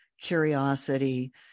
curiosity